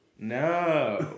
No